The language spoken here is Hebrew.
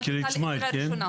קיבלתי אותה לעזרה ראשונה.